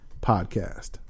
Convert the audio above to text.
Podcast